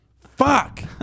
Fuck